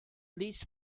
least